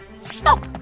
Stop